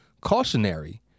cautionary